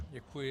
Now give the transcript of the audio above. Děkuji.